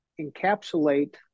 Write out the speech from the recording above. encapsulate